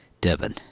Devon